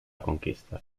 conquista